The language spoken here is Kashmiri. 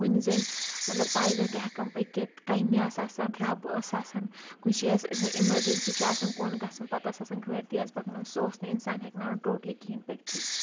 کُنی زٔنۍ مطلب پایدل تہِ ہؠکان پٔکِتھ کَنہِ آسہٕ آسان رَب ٲس آسان کُنہِ جایہِ ٲسۍ آسان اؠمَرجیٚنسی چھ آسان کُن گژھُن پَتہٕ ٲس آسان گٲڑۍ تیز پَکناوٕنۍ سُہ اوس نہٕ اِنسان ہٮ۪کناوان ٹوٹلی کِہیٖنۍ پٔکتھٕے